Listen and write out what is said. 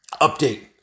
update